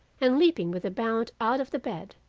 and leaping with a bound out of the bed,